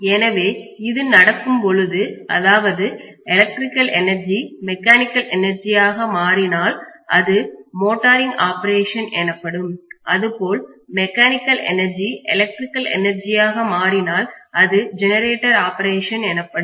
எனவே இது நடக்கும் பொழுது அதாவது எலக்ட்ரிக்கல் எனர்ஜி மெக்கானிக்கல் எனர்ஜியாக மாறினால் அது மோட்டாரிங் ஆப்பரேஷன் எனப்படும் அதுபோல் மெக்கானிக்கல் எனர்ஜி எலக்ட்ரிக்கல் எனர்ஜியாக மாறினால் அது ஜெனரேட்டர் ஆபரேஷன் எனப்படும்